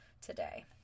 today